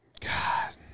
God